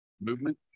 movement